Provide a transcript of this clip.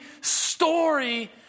story